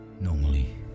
normally